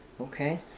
Okay